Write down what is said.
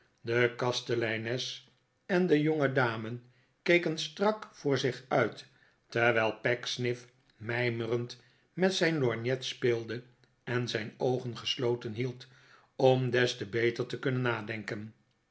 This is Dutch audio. de kasteleines en de jongedame keken strak voor zich uit terwijl pecksniff mijmerend met zijn lorgnet speelde en zijn oogen gesloten hield om des te beter te kunnen nadenken